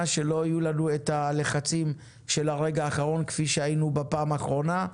שלא יהיו לנו את הלחצים כפי שהיו בפעם האחרונה.